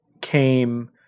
came